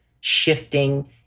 shifting